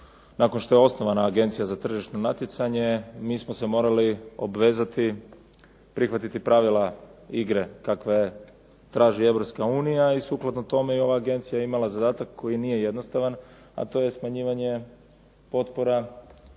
nakon što je osnovana Agencija za tržišno natjecanje mi smo se morali obvezati, prihvatiti pravila igre kakve traži Europska unija i sukladno tome je ova agencija imala zadatak koji nije jednostavan a to je smanjivanje potpora,